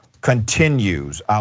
continues